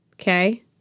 okay